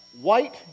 white